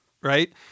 right